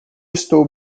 estou